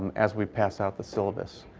as we pass out the syllabus.